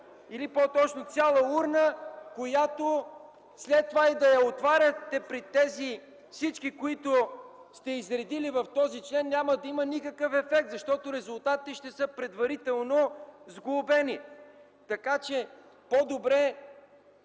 или по-точно цяла урна, която след това и да я отваряте пред всички, които сте изредили в този член, няма да има никакъв ефект, защото резултатите ще са предварително сглобени. По-добре